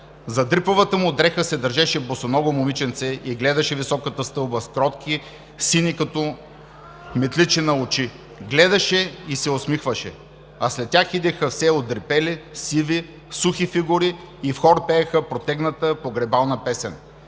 За дрипавата му дреха се държеше босоного момиченце и гледаше високата стълба с кротки, сини като метличина очи. Гледаше и се усмихваше. А след тях идеха все одрипели, сиви, сухи фигури и в хор пееха протегната, погребална песен.